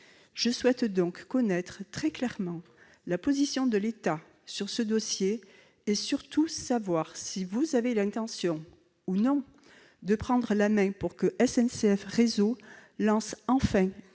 Je souhaite donc connaître très clairement la position de l'État sur ce dossier et surtout savoir si vous avez l'intention ou non de prendre la main pour que SNCF Réseau lance enfin